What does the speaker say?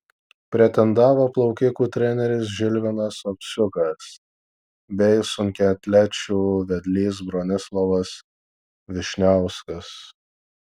pretendavo plaukikų treneris žilvinas ovsiukas bei sunkiaatlečių vedlys bronislovas vyšniauskas